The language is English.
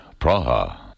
Praha